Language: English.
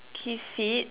keep fit